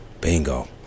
bingo